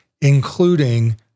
including